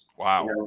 Wow